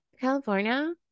california